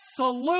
absolute